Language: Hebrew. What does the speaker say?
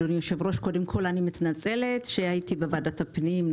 אדוני היושב-ראש אני מתנצלת שאני הייתי בוועדת בפנים,